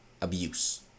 abuse